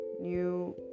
new